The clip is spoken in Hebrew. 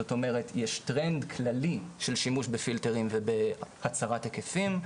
זאת אומרת יש טרנד כללי של שימוש בפילטרים ובהצרת היקפים,